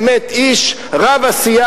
באמת איש רב-עשייה,